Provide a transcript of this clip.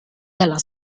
della